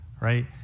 right